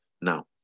Now